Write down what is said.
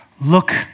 Look